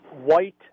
white